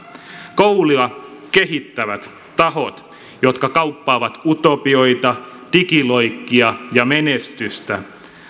koulua kehittävät tahot jotka kauppaavat utopioita digiloikkia ja menestystä